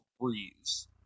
Breeze